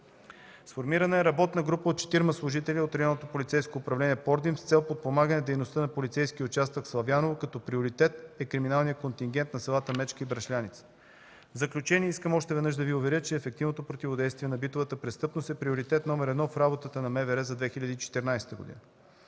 сформирана е работна група от четирима служители от Районното полицейско управление – Пордим, с цел подпомагане дейността на полицейския участък в Славяново, като приоритет е криминалният контингент на селата Мечка и Бръшляница. В заключение, искам още веднъж да Ви уверя, че ефективното противодействие на битовата престъпност е приоритет номер едно в работата на МВР за 2014 г.